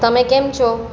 તમે કેમ છો